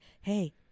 hey